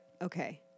Okay